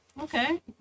Okay